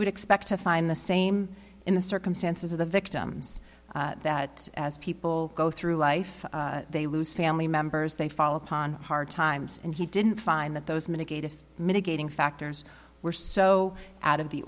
would expect to find the same in the circumstances of the victims that as people go through life they lose family members they fall upon hard times and he didn't find that those mitigated mitigating factors were so out of the